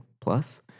plus